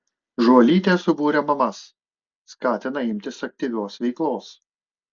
žuolytė subūrė mamas skatina imtis aktyvios veiklos